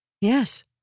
Yes